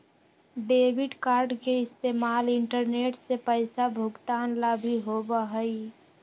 debit card के इस्तेमाल internet से पैसा भुगतान ला भी होबा हई